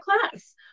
class